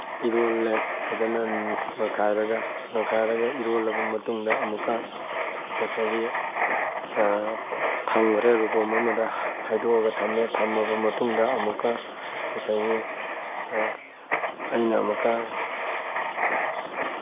ꯏꯔꯣꯜꯂꯦ ꯐꯖꯅ ꯅꯣꯏꯈꯥꯏꯔꯒ ꯅꯣꯏꯈꯥꯏꯔꯒ ꯏꯔꯣꯜꯂꯕ ꯃꯇꯨꯡꯗ ꯑꯃꯨꯛꯀ ꯉꯁꯥꯏꯒꯤ ꯊꯝꯈ꯭ꯔꯦ ꯂꯨꯀꯨꯝ ꯑꯃꯗ ꯍꯩꯗꯣꯛꯑꯒ ꯊꯝꯃꯦ ꯊꯝꯃꯕ ꯃꯇꯨꯡꯗ ꯑꯃꯨꯛꯀ ꯉꯁꯥꯏꯒꯤ ꯑꯩꯅ ꯑꯃꯨꯛꯀ